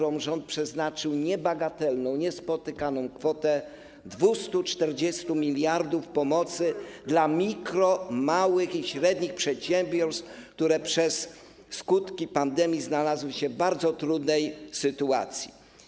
Rząd przeznaczył niebagatelną, niespotykaną kwotę 240 mld na pomoc dla mikro-, małych i średnich przedsiębiorstw, które przez skutki pandemii znalazły się w bardzo trudnej sytuacji.